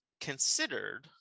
considered